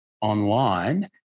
online